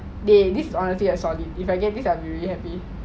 eh this honestly I saw this if I get this I'll be very happy